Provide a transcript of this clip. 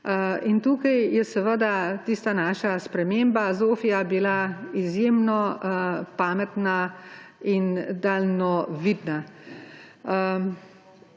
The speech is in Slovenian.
tukaj je seveda tista naša sprememba ZOVFI bila izjemno pametna in daljnovidna.